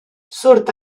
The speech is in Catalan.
surt